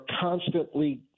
constantly